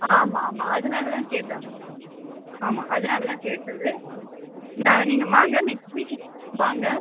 ஆமாம் ஆமாம் அதனால தான் கேட்டேன் ஆமாம் அதனால தான் கேட்டது நான் நீங்கள் வாங்க நெக்ஸ்ட் வீக் வாங்க